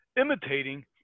imitating